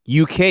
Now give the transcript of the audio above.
uk